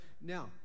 Now